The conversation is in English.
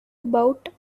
about